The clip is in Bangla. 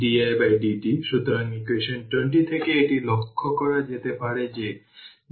একইভাবে w b 2 0 এর জন্য যদি half C2 v C2 0 2 substitute করা হয় তাহলে সমস্ত ভ্যালু 5760 মাইক্রো জুল পাবে